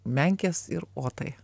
menkės ir otai